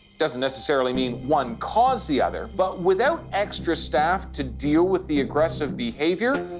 doesn't necessarily mean one caused the other, but without extra staff to deal with the aggressive behaviour,